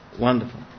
wonderful